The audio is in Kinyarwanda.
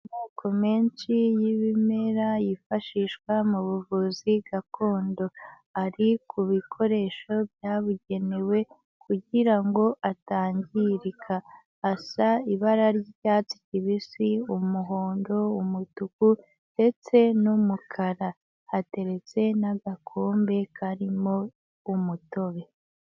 Amoko menshi y'ibimera yifashishwa mu buvuzi gakondo, ari ku bikoresho byabugenewe kugira ngo atangirika, asa ibara ry'icyatsi kibisi, umuhondo, umutuku ndetse n'umukara. Hateretse n'agakombe karimo umutobe.